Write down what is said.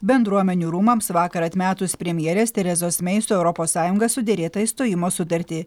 bendruomenių rūmams vakar atmetus premjerės terezos mei su europos sąjunga suderėtą išstojimo sutartį